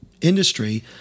industry